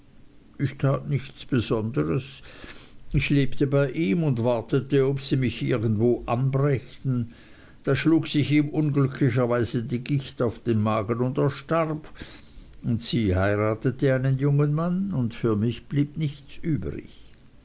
ich tat nichts besonderes ich lebte bei ihm und wartete ob sie mich nicht irgendwo anbrächten da schlug sich ihm unglücklicherweise die gicht auf den magen und er starb und sie heiratete einen jungen mann und für mich blieb nichts übrig